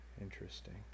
Interesting